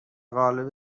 قالب